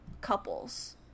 couples